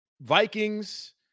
Vikings